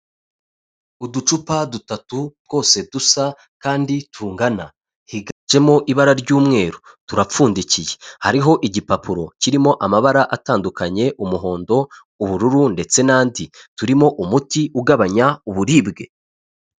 Uducupa dutatu twose dusa kandi tungana, higanjemo ibara ry'umweru turapfundikiye hariho igipapuro kirimo amabara atandukanye umuhondo, ubururu ndetse n'andi, turimo umuti ugabanya uburibwe.